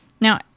Now